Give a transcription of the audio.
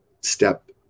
step